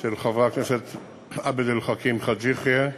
של חבר הכנסת עבד אל חכים חאג' יחיא,